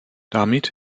damit